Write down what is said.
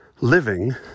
living